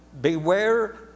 beware